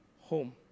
home